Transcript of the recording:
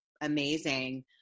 amazing